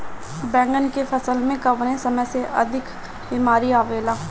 बैगन के फसल में कवने समय में अधिक बीमारी आवेला?